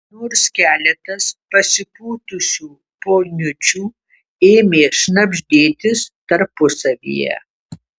nors keletas pasipūtusių poniučių ėmė šnabždėtis tarpusavyje